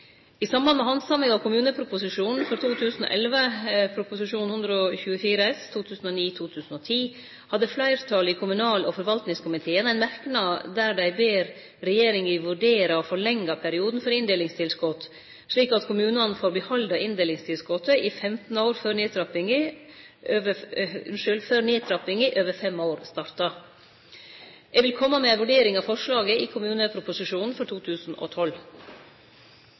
I samband med handsaminga av kommuneproposisjonen for 2011, Prop. 124 S for 2009–2010, hadde fleirtalet i kommunal- og forvaltningskomiteen ein merknad der dei ber regjeringa vurdere å forlengje perioden for inndelingstilskotet, slik at kommunane får behalde inndelingstilskotet i 15 år før nedtrappinga over fem år startar. Eg vil kome med ei vurdering av forslaget i kommuneproposisjonen for 2012.